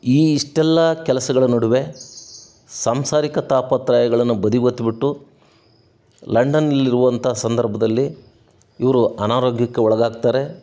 ಈ ಇಷ್ಟೆಲ್ಲ ಕೆಲಸಗಳ ನಡುವೆ ಸಂಸಾರಿಕ ತಾಪತ್ರಯಗಳನ್ನು ಬದಿಗೊತ್ಬಿಟ್ಟು ಲಂಡನಲ್ಲಿರುವಂಥ ಸಂದರ್ಭದಲ್ಲಿ ಇವರು ಅನಾರೋಗ್ಯಕ್ಕೆ ಒಳಗಾಗ್ತಾರೆ